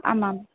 आमाम्